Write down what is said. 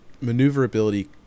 maneuverability